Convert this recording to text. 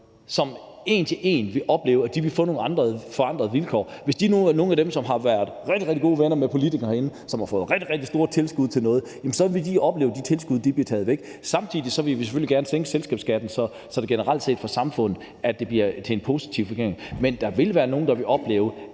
som en til en vil opleve, at de vil få nogle forandrede vilkår. Hvis det er nogle af dem, der har været rigtig, rigtig gode venner med politikerne herinde, og som har fået rigtig, rigtig store tilskud til noget, så vil de opleve, at de tilskud vil blive taget væk. Samtidig vil vi selvfølgelig gerne sænke selskabsskatten, så det generelt set for samfundet bliver positivt; men der vil være nogle, der vil opleve,